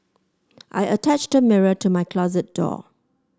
I attached a mirror to my closet door